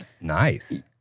Nice